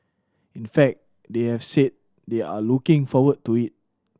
in fact they have said they are looking forward to it